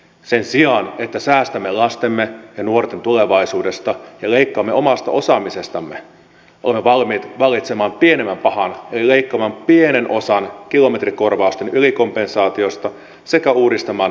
sen sijaan että säästämme lasten ja nuorten tulevaisuudesta ja leikkaamme omasta osaamisestamme olemme valmiit valitsemaan pienemmän pahan eli leikkaamaan pienen osan kilometrikorvausten ylikompensaatiosta sekä uudistamaan työmatkakuluvähennysjärjestelmää